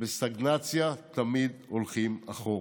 בסטגנציה תמיד הולכים אחורה.